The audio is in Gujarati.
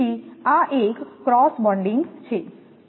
તેથી આ એક ક્રોસ બોન્ડિંગ છે